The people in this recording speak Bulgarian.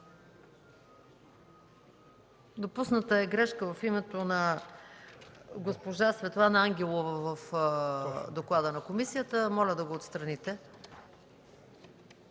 Допусната е грешка в името на госпожа Светлана Ангелова в доклада на комисията, моля да го отстраните.